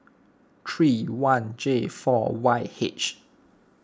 three one J four Y H